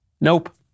Nope